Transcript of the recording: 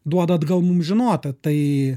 duoda atgal mum žinoti tai